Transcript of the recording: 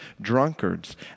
Drunkards